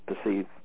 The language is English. perceive